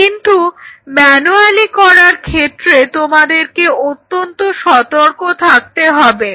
কিন্তু ম্যানুয়ালি করার ক্ষেত্রে তোমাদেরকে অত্যন্ত সতর্ক থাকতে হবে